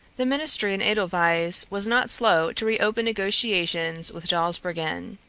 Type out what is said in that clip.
the ministry in edelweiss was not slow to reopen negotiations with dawsbergen.